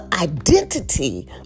identity